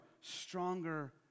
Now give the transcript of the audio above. stronger